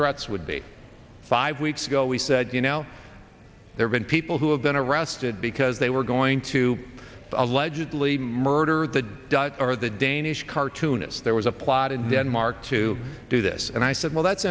threats would be five weeks ago we said you know there's been people who have been arrested because they were going to allegedly murr murder the dutch or the danish cartoonist there was a plot in denmark to do this and i said well that's